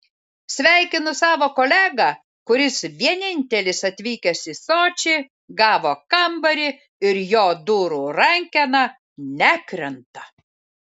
sveikinu savo kolegą kuris vienintelis atvykęs į sočį gavo kambarį ir jo durų rankena nekrenta